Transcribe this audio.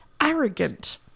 arrogant